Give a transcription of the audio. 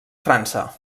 frança